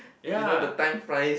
you know the time flies